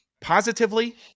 positively